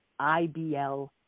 IBL